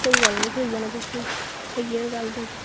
कोई गल्ल नी थ्होई आने तुसेंगी आई आएओ कल तुस